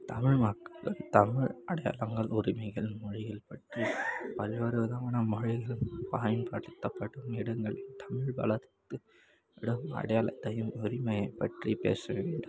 தமிழ் மக்கள் தமிழ் அடையாளங்கள் உரிமைகள் மொழிகள் பற்றி பல்வேறு விதமான மொழிகள் பயன்படுத்தப்படும் இடங்கள் தமிழ் வளர்த்து இடம் அடையாளத்தையும் உரிமையை பற்றி பேச வேண்டும்